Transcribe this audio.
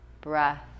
breath